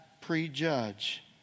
prejudge